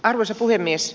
arvoisa puhemies